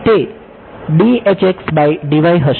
તે હશે